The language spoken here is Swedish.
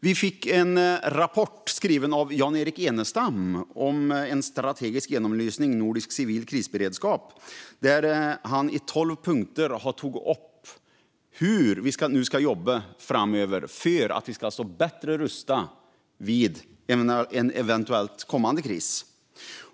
Jan-Erik Enestam tog i rapporten Strategisk genomlysning: Nordisk civil krisberedskap upp tolv punkter för hur vi ska jobba framöver för att stå bättre rustade vid en kommande kris.